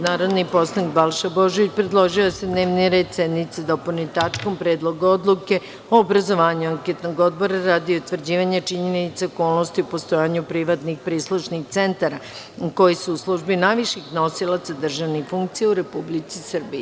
Narodni poslanik Balša Božović predložio je da se dnevni red sednice dopuni tačkom – Predlog odluke o obrazovanju anketnog odbora radi utvrđivanja činjenica, okolnosti o postojanju privatnih prislušnih centara u koji su u službi najviših nosioca državnih funkcija u Republici Srbiji.